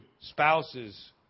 spouses